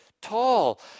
Tall